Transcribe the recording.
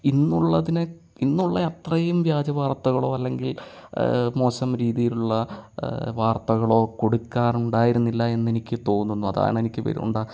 ഇന്നുള്ളതിനെ ഇന്നുള്ള അത്രയും വ്യാജവാർത്തകളോ അല്ലെങ്കിൽ മോശം രീതിയിലുള്ള വാർത്തകളോ കൊടുക്കാറുണ്ടായിരുന്നില്ല എന്ന് എനിക്ക് തോന്നുന്നു അതാണ് എനിക്ക് ഉണ്ടാ